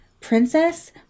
princess